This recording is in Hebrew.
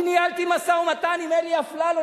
אני ניהלתי משא-ומתן עם אלי אפללו,